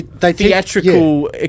theatrical